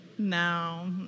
No